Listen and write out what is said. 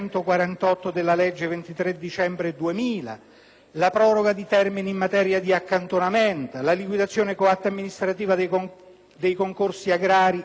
la proroga di termini in materia di accantonamento, la liquidazione coatta amministrativa dei concorsi agrari, e